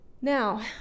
Now